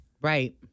Right